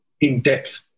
in-depth